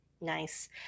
nice